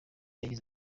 yagize